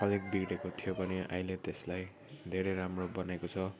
अलिक बिग्रिएको थियो भने अहिले त्यसलाई धेरै राम्रो बनेको छ